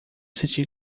senti